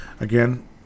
Again